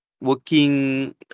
Working